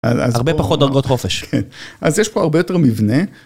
הרבה פחות דרגות חופש. כן. אז יש פה הרבה יותר מבנה.